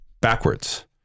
Backwards